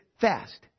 fast